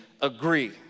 agree